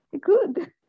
good